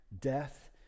death